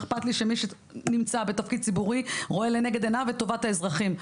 איכפת לי שמי שנמצא בתפקיד ציבורי רואה לנגד עיניו את טובת האזרחים,